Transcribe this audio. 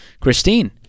Christine